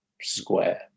square